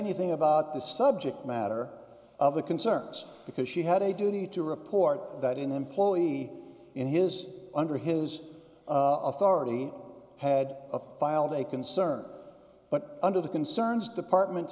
anything about the subject matter of the concerns because she had a duty to report that an employee in his under his authority had a filed a concern but under the concerns department